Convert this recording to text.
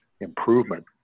improvement